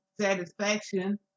satisfaction